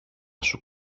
σου